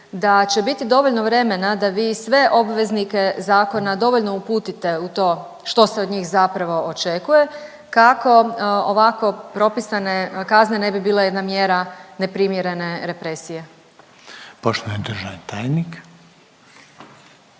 da će biti dovoljno vremena da vi sve obveznike zakona dovoljno uputite u to što se od njih zapravo očekuje i kako ovako propisane kazne ne bi bile jedna mjera neprimjeren represije? **Reiner, Željko